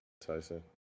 Tyson